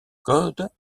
codes